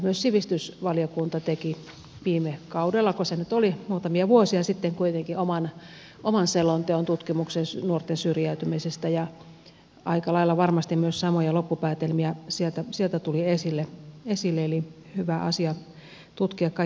myös sivistysvaliokunta teki viime kaudellako se nyt oli muutamia vuosia sitten kuitenkin oman selonteon tutkimuksen nuorten syrjäytymisestä ja aika lailla varmasti myös samoja loppupäätelmiä sieltä tuli esille eli hyvä asia tutkia kaiken kaikkiaan